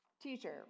Teacher